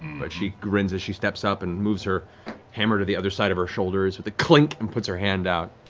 but she grins as she steps up and moves her hammer to the other side of her shoulders with a clink and puts her hand out.